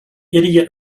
idiot